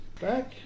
back